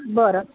बरं